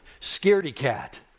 scaredy-cat